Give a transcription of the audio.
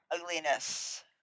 ugliness